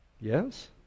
Yes